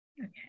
Okay